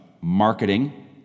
marketing